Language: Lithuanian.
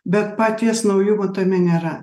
bet paties naujumo tame nėra